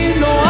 no